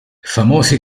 famosi